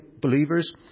believers